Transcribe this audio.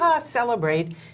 celebrate